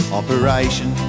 operation